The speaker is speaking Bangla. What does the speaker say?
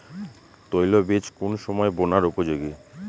তৈল বীজ কোন সময় বোনার উপযোগী?